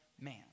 Man